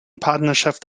partnerschaft